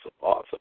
Awesome